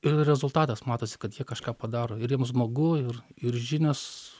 ir rezultatas matosi kad jie kažką padaro ir jiem smagu ir ir žinios